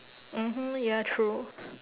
mmhmm ya true